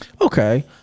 Okay